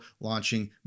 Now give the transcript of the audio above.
launching